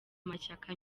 mashyaka